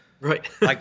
Right